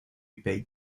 page